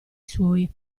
suoi